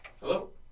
Hello